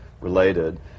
related